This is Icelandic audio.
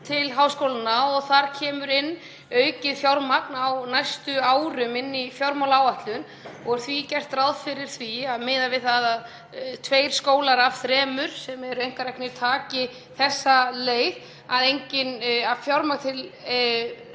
til háskólanna og þar kemur aukið fjármagn á næstu árum inn í fjármálaáætlun. Er gert ráð fyrir því, miðað við að tveir skólar af þremur sem eru einkareknir fari þessa leið, að fjármagn til